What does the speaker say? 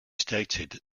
stated